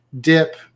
dip